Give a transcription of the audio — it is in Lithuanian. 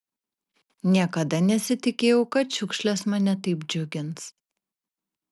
niekada nesitikėjau kad šiukšlės mane taip džiugins